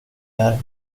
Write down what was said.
här